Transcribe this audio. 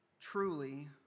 truly